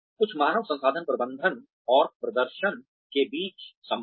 कुछ मानव संसाधन प्रबंधन और प्रदर्शन के बीच संबंध